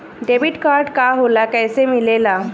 Debit card का होला कैसे मिलेला?